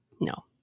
No